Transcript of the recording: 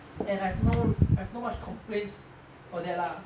and I have no I have not much complaints for that lah